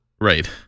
Right